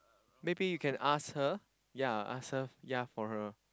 maybe you can ask her ya ask her ya for her